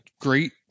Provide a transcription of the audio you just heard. great